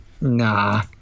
nah